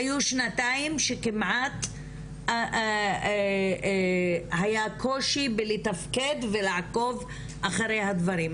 היו שנתיים שכמעט היה קושי בלתפקד ולעקוב אחרי הדברים,